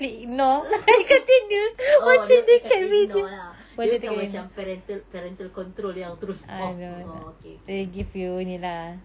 oh you can ignore lah dia tak macam parental parental control yang terus off oh okay okay